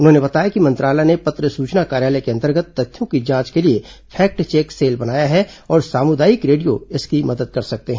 उन्होंने बताया कि मंत्रालय ने पत्र सूचना कार्यालय के अंतर्गत तथ्यों की जांच के लिए फैक्ट चैक सेल बनाया है और सामुदायिक रेडियो इसकी मदद कर सकते हैं